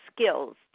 skills